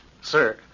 Sir